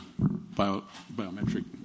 biometric